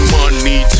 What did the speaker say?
money